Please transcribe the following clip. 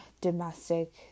domestic